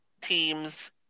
teams